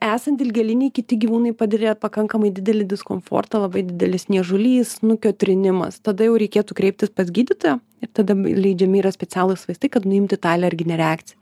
esant dilgėlinei kiti gyvūnai patiria pakankamai didelį diskomfortą labai didelis niežulys snukio trinimas tada jau reikėtų kreiptis pas gydytoją ir tada leidžiami yra specialūs vaistai kad nuimti tą alerginę reakciją